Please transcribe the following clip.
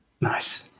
Nice